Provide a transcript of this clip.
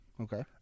Okay